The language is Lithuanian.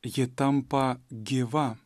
ji tampa gyva